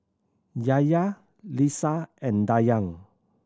Yahya Lisa and Dayang